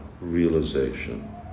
realization